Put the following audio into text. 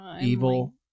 evil